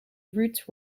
roots